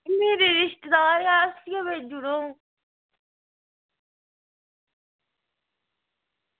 मेरे रिश्तेदार गै उसी गै भेजी ओड़ो